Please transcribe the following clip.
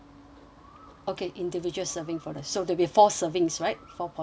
okay individual serving for the so there will be four servings right four portion right